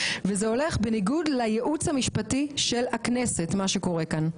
וזה הולך בניגוד לייעוץ המשפטי של הכנסת מה שקורה כאן.